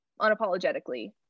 unapologetically